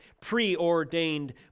preordained